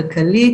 כלכלית,